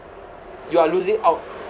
you are losing out